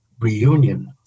reunion